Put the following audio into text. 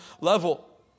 level